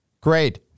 Great